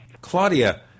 Claudia